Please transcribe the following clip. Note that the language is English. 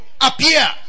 appear